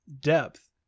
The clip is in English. depth